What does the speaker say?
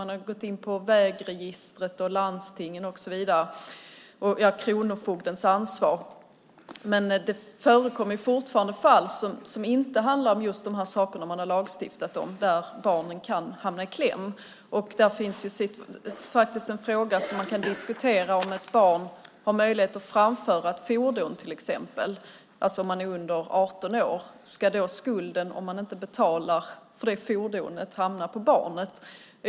Man har gått in på vägregistret och landstingen och kronofogdens ansvar. Men det förekommer fortfarande fall som inte handlar om just de saker som man har lagstiftat om där barnen kan hamna i kläm. Det finns faktiskt en fråga som man kan diskutera. Det gäller om ett barn har möjlighet att framföra ett fordon till exempel, alltså om barnet är under 18 år. Ska då skulden, om man inte betalar för det fordonet, hamna på barnet?